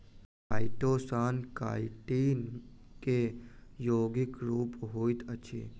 chitosan chitin के यौगिक रूप होइत अछि